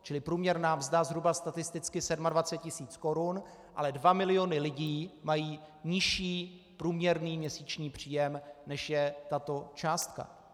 Čili průměrná mzda zhruba statisticky 27 tisíc korun, ale 2 miliony lidí mají nižší průměrný měsíční příjem, než je tato částka.